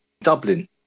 Dublin